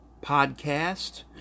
podcast